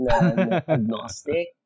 agnostic